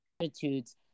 attitudes